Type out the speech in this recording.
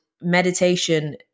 meditation